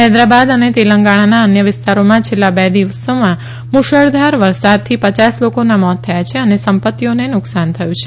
હૈદરાબાદ અને તેલંગાણાના અન્ય વિસ્તારોમાં છેલ્લા બે દિવસોમાં મૂશળધાર વરસાદથી પયાસ લોકોના મોત થયા છે અને સંપત્તિઓને નુકસાન થયું છે